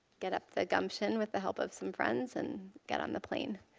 get up the gumption with the help of some friends and get on the airplane.